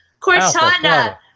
Cortana